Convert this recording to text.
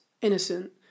innocent